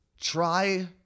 try